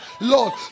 Lord